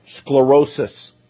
sclerosis